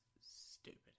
stupid